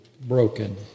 broken